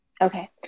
Okay